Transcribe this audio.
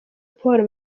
paul